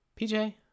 PJ